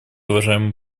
уважаемый